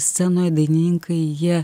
scenoj dainininkai jie